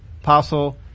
apostle